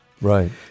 Right